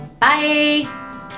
Bye